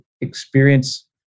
experience